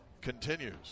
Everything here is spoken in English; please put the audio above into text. continues